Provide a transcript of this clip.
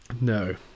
No